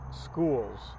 schools